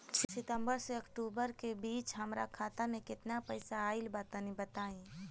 सितंबर से अक्टूबर के बीच हमार खाता मे केतना पईसा आइल बा तनि बताईं?